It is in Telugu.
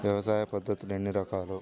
వ్యవసాయ పద్ధతులు ఎన్ని రకాలు?